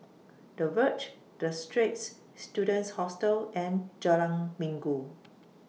The Verge The Straits Students Hostel and Jalan Minggu